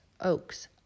Oaks